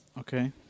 Okay